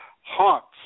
haunts